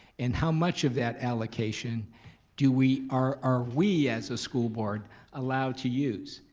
and how much of that allocation do we, are we as a school board allowed to use.